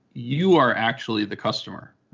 you are actually the customer.